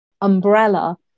umbrella